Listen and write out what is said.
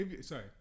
sorry